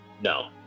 No